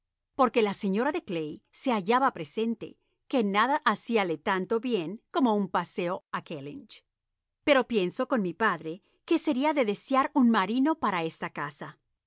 porque la señora de clay se hallaba presente que nada hacíale tanto bien como un paseo a kellynch pero pienso con mi padre que sería de desear un marino para esta casa